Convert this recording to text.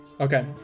okay